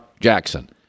Jackson